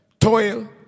toil